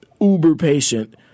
uber-patient